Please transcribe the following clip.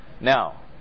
Now